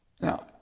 Now